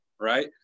right